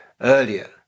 earlier